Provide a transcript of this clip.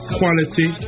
quality